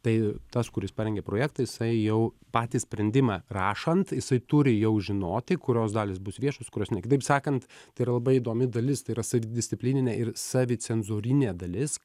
tai tas kuris parengė projektą jisai jau patį sprendimą rašant jisai turi jau žinoti kurios dalys bus viešos kurios ne kitaip sakant tai yra labai įdomi dalis tai yra savidisciplininė ir savicenzūrinė dalis